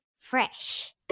fresh